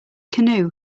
canoe